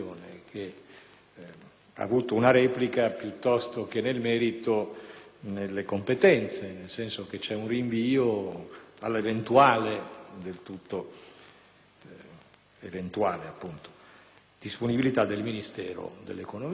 ha avuto una replica, piuttosto che nel merito, nelle competenze, nel senso che c'è un rinvio all'eventuale, del tutto eventuale, disponibilità del Ministero dell'economia.